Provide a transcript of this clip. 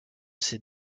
ses